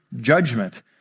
judgment